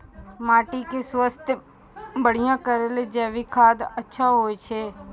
माटी के स्वास्थ्य बढ़िया करै ले जैविक खाद अच्छा होय छै?